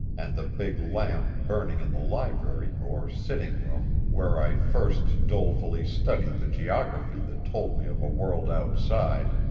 and the big lamp burning in the library or sittin'-room, where i first dolefully studied the geography that told me of a world outside,